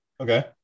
Okay